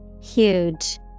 Huge